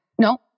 no